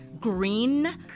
Green